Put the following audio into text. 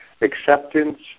acceptance